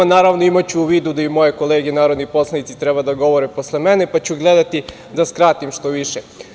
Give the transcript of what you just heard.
Naravno, imaću u vidu da i moje kolege narodni poslanici treba da govore posle mene, pa ću gledati da skratim što više.